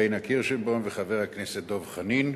פניה קירשנבאום וחבר הכנסת דב חנין,